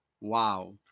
Wow